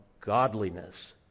godliness